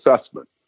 assessment